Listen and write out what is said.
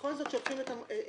בכל זאת שולחים את המבוטח,